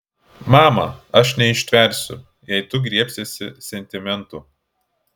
mama aš neištversiu jei tu griebsiesi sentimentų